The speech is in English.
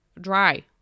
dry